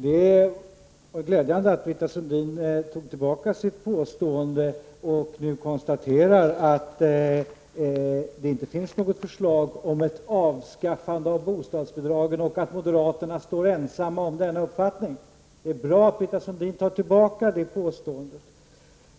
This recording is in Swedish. Herr talman! Det var glädjande att Britta Sundin tog tillbaka vad hon tidigare sade. Nu konstaterar hon att det inte finns något förslag om ett avskaffande av bostadsbidragen. Vidare säger hon att moderaterna är ensamma om sin uppfattning. Det är dock, som sagt, bra att Britta Sundin tar tillbaka vad hon sade